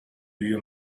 you